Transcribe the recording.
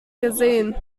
gesehen